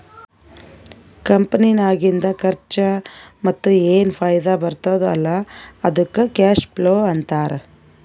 ಕಂಪನಿನಾಗಿಂದ್ ಖರ್ಚಾ ಮತ್ತ ಏನ್ ಫೈದಾ ಬರ್ತುದ್ ಅಲ್ಲಾ ಅದ್ದುಕ್ ಕ್ಯಾಶ್ ಫ್ಲೋ ಅಂತಾರ್